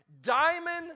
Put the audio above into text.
diamond